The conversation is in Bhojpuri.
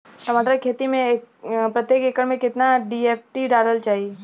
टमाटर के खेती मे प्रतेक एकड़ में केतना डी.ए.पी डालल जाला?